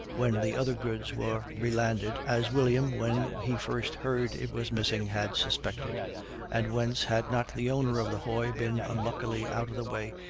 when the other goods were re-landed, as william, when he first heard it was missing, had suspected and whence, had not the owner of the hoy been unluckily out of the way,